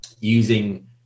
using